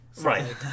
Right